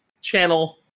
Channel